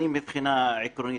מבחינה עקרונית,